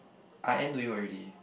I am doing work already